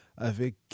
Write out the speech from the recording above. avec